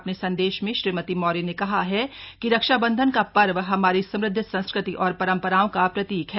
अपने संदेश में श्रीमती मौर्य ने कहा है कि रक्षाबंधन का पर्व हमारी समुद्ध संस्कृति और परंपराओं का प्रतीक है